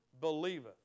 believeth